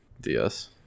DS